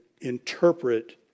interpret